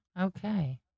Okay